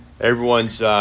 everyone's